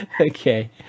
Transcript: Okay